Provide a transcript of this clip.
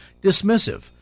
dismissive